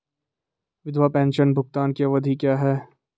विधवा पेंशन भुगतान की अवधि क्या है?